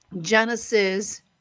Genesis